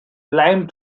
lime